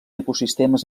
ecosistemes